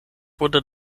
wurde